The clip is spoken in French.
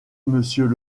monsieur